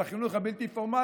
של החינוך הבלתי-פורמלי,